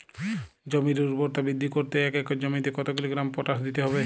জমির ঊর্বরতা বৃদ্ধি করতে এক একর জমিতে কত কিলোগ্রাম পটাশ দিতে হবে?